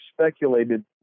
speculated